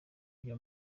rya